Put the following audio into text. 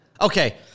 Okay